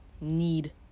need